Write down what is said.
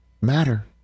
matter